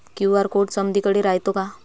QR code समदीकडे रायतो का?